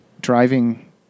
driving